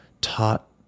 taught